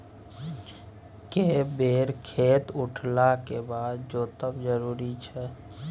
के बेर खेत उठला के बाद जोतब जरूरी छै?